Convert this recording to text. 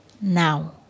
now